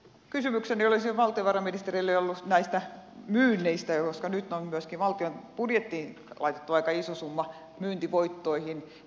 kysymykseni valtiovarainministerille olisi ollut näistä myynneistä koska nyt on myöskin valtion budjettiin laitettu aika iso summa myyntivoittoihin